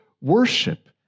worship